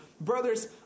Brothers